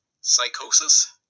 psychosis